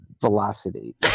velocity